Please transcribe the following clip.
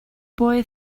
boy